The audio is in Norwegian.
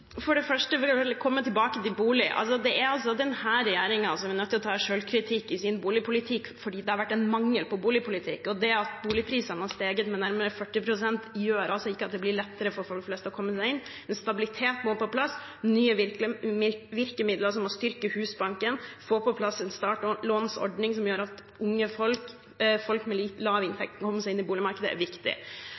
For det første vil jeg komme tilbake til spørsmålet om bolig: Det er denne regjeringen som er nødt til å ta selvkritikk på sin boligpolitikk, for det har vært en mangel på boligpolitikk. At boligprisene har steget med nærmere 40 pst., gjør det ikke lettere for folk flest å komme seg inn. Stabilitet må på plass. Nye virkemidler, som å styrke Husbanken og få på plass en startlånsordning som gjør at unge folk og folk med lav inntekt kan komme seg inn på boligmarkedet, er viktig.